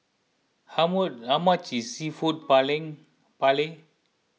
how more how much is Seafood Paella